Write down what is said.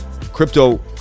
Crypto